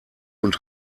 und